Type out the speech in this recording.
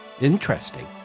Interesting